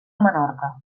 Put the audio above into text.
menorca